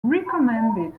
recommended